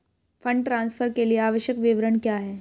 Fund transfer के लिए आवश्यक विवरण क्या हैं?